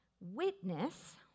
Witness